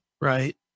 Right